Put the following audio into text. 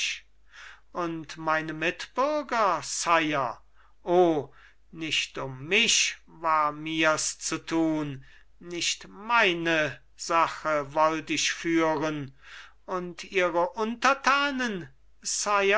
und meine mitbürger sire o nicht um mich war mirs zu tun nicht meine sache wollt ich führen und ihre untertanen